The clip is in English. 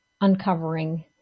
uncovering